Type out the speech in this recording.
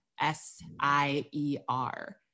S-I-E-R